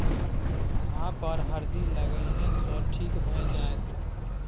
घाह पर हरदि लगेने सँ ठीक भए जाइत